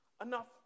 enough